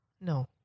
No